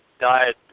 diet